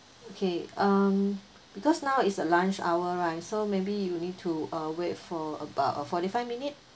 okay um because now is a lunch hour right so maybe you need to uh wait for about a forty five minute